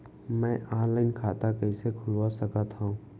मैं ऑनलाइन खाता कइसे खुलवा सकत हव?